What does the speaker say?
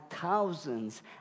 thousands